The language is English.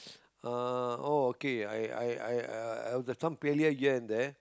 uh oh okay I I I I have some failure here and there